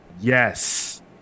Yes